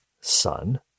son